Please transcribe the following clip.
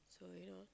so you know